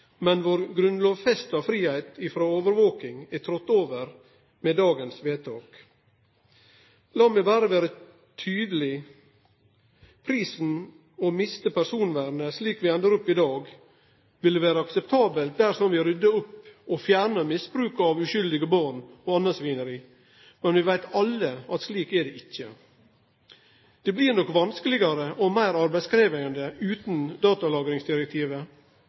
men vår grunnlovfesta fridom frå overvaking er trådd over med dagens vedtak. Lat meg berre vere tydeleg: Prisen, å miste personvernet, slik vi endar opp med i dag, ville vere akseptabel dersom det rydda opp og fjerna misbruk av uskyldige born og anna svineri. Men vi veit alle at slik er det ikkje. Det blir nok vanskelegare og meir arbeidskrevjande utan datalagringsdirektivet,